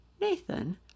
Nathan